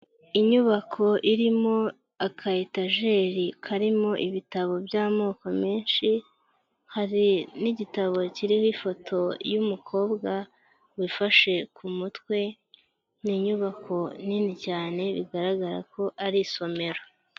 Inyubako irimo aka etajeri karimo ibitabo by'amoko menshi hari n'igitabo kiriho ifoto y'umukobwa wifashe ku mutwe. Ni inyubako nini cyane bigaragara ko ari isomero.